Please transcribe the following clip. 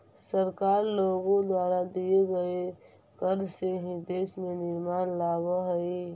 सरकार लोगों द्वारा दिए गए कर से ही देश में निर्माण लावअ हई